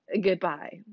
Goodbye